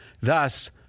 Thus